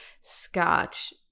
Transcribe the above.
scotch